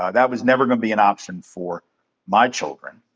ah that was never gonna be an option for my children.